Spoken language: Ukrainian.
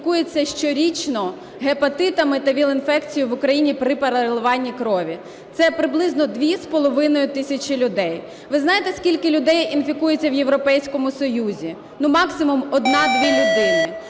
інфікується щорічно гепатитами та ВІЛ-інфекцією в Україні при переливанні крові? Це приблизно дві з половиною тисячі людей. Ви знаєте, скільки людей інфікується в Європейському Союзі? Максимум 1-2 людини.